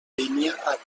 línia